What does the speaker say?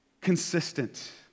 consistent